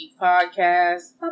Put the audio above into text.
Podcast